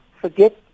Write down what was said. forget